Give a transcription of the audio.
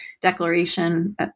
declaration